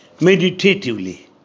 meditatively